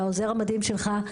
לעוזר המדהים שלך.